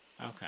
Okay